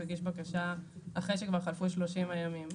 הגיש בקשה אחרי שכבר חלפו 30 הימים.